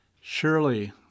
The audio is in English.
Surely